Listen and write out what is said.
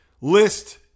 list